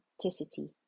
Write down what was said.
authenticity